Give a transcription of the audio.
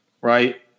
right